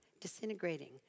disintegrating